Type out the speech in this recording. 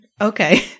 Okay